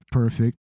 perfect